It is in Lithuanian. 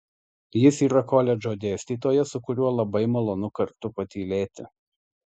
jis yra koledžo dėstytojas su kuriuo labai malonu kartu patylėti